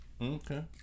Okay